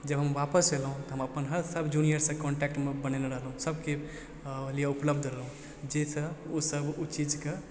जब हम वापस अयलहुॅं तऽ हम अपन हर सब जूनियरसँ कॉन्टेक्टमे बनेने रहलहुॅं सबके लिए उपलब्ध रहलहुॅं जाहिसँ ओ सब ओ चीजके